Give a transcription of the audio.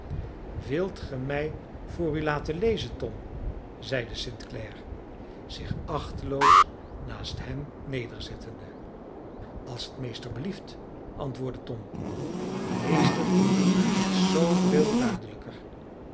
wilt ge mij voor u laten lezen tom zeide st clare zich achteloos naast hem nederzettende als het meester belieft antwoordde tom meester maakt het zooveel duidelijker